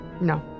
No